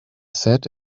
sat